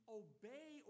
obey